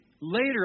later